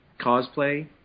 cosplay